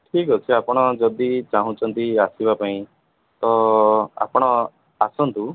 ଠିକ ଅଛି ଆପଣ ଯଦି ଚାଁହୁଛନ୍ତି ଆସିବା ପାଇଁ ତ ଆପଣ ଆସନ୍ତୁ